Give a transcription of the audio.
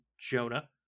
Jonah